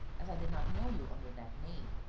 as i did not know you under that name,